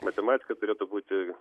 matematika turėtų būti